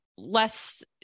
less